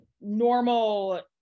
normal